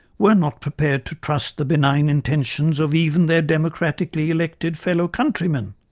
were not prepared to trust the benign intentions of even their democratically elected fellow countrymen.